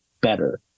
better